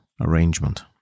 arrangement